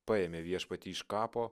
paėmė viešpatį iš kapo